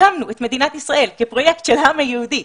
הקמנו את מדינת ישראל כפרויקט של העם היהודי.